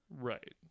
right